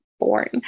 born